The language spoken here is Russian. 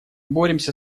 боремся